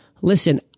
listen